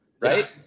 right